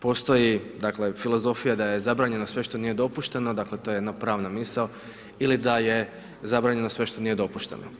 Postoji, dakle filozofija da je zabranjeno sve što nije dopušteno dakle, to je jedna pravna misao ili da je zabranjeno sve što nije dopušteno.